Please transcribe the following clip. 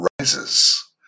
rises